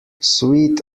sweet